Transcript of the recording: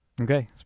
Okay